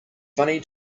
funny